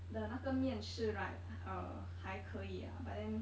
the 那个面试 right uh 还可以 ah but then